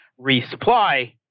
resupply